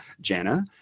Jana